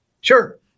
Sure